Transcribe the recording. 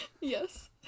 Yes